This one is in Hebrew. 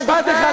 ברשותך,